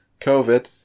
COVID